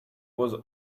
was